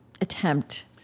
attempt